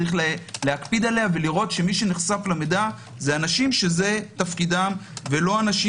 יש להקפיד עליה ולראות שמי שנחשף למידע זה אנשים שזה תפקידם ולא אנשים